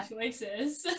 choices